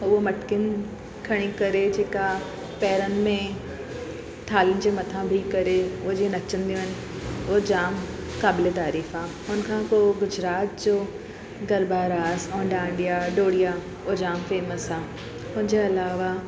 हूअ मटकिनि खणी करे जेका पैरनि में थालिनि में मथां बीह करे उहो जीअं नचंदियूं आहिनि हूअ जाम क़ाबिले तारीफ़ आहे उनखां पोइ गुजरात जो गरबा रास ऐं डांडिया डोड़िया उहो जाम फेमस आहे उनजे अलावा